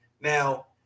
Now